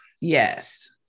yes